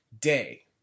day